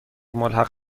ملحق